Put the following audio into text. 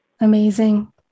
amazing